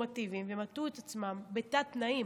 נורמטיביים ומצאו את עצמם בתת-תנאים.